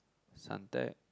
Suntec